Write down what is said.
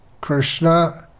Krishna